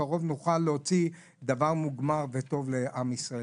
שבקרוב נוכל להוציא דבר מוגמר וטוב לעם ישראל.